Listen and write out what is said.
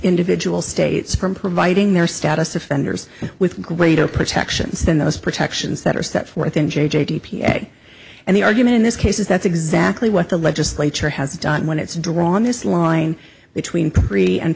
individual states from providing their status offenders with greater protections than those protections that are set forth in jay jay d p a and the argument in this case is that's exactly what the legislature has done when it's drawn this line between p